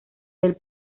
del